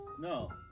No